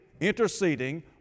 interceding